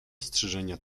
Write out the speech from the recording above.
strzyżenia